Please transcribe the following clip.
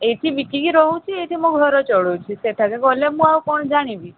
ଏଇଠି ବିକିକି ରହୁଛି ଏଇଠି ମୋ ଘର ଚଳୁଉଛି ସେଠାରେ ଗଲେ ମୁଁ ଆଉ କ'ଣ ଜାଣିବି